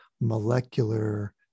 molecular